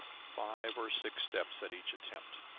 five or six steps at each attempt,